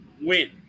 win